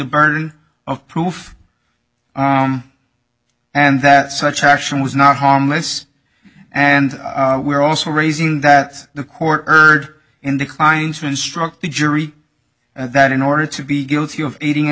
burden of proof on and that such action was not harmless and we're also raising that the court heard in decline to instruct the jury that in order to be guilty of aiding and